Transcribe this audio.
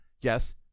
yes